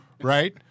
Right